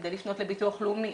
כדי לפנות לביטוח לאומי.